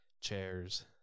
chairs